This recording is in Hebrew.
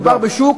מדובר בשוק